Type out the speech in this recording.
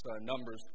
Numbers